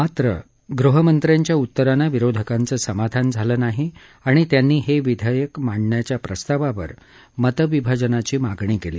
मात्र गृहमंत्र्यांच्या उत्तरानं विरोधकांचं समाधान झालं नाही आणि त्यांनी हे विधेयक मांडण्याच्या प्रस्तावावर मतविभाजनाची मागणी केली